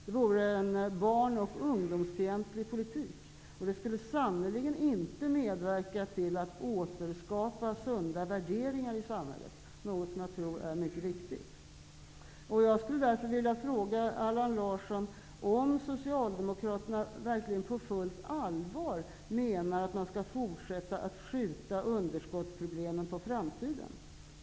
Det vore en barn och ungdomsfientlig politik, och det skulle sannerligen inte medverka till att sunda värderingar i samhället återskapas, något som jag tror är mycket viktigt. Socialdemokraterna verkligen på fullt allvar menar att man skall fortsätta att skjuta underskottsproblemen på framtiden.